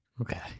okay